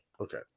Okay